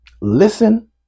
Listen